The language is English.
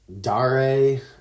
Dare